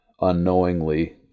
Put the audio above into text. unknowingly